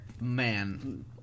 man